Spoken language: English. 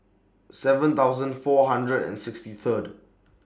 seven thousand four hundred and sixty Third